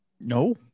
No